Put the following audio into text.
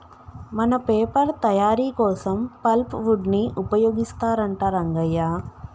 మన పేపర్ తయారీ కోసం పల్ప్ వుడ్ ని ఉపయోగిస్తారంట రంగయ్య